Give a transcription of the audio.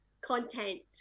content